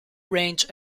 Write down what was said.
range